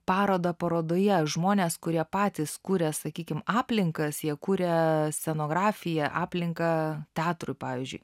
parodą parodoje žmonės kurie patys kuria sakykim aplinkas jie kuria scenografiją aplinką teatrui pavyzdžiui